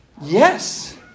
yes